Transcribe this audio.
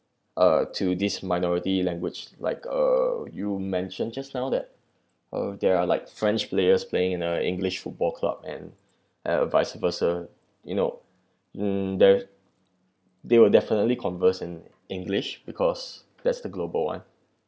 uh to this minority language like uh you mentioned just now that uh there are like french players playing in a english football club and uh vice versa you know um the they will definitely converse in english because that's the global [one]